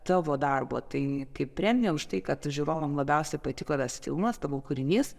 tavo darbo tai kaip premiją už tai kad žiūrovam labiausiai patiko tas filmas tavo kūrinys